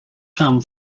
come